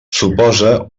suposa